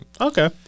Okay